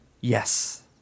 Yes